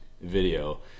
video